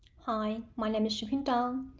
hi, my name is shuping dong,